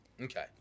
Okay